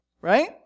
right